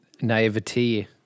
naivety